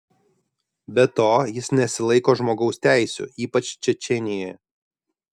be to jis nesilaiko žmogaus teisių ypač čečėnijoje